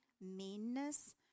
meanness